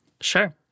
Sure